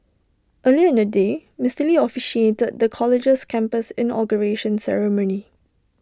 earlier in the day Mister lee officiated the college's campus inauguration ceremony